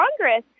Congress